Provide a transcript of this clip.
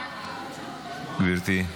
גברתי.